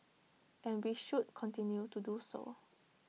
and we should continue to do so